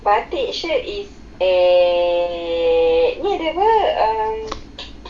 but it sure is